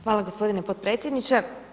Hvala gospodine potpredsjedniče.